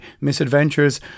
misadventures